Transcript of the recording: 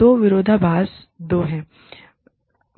तो विरोधाभास दो हैं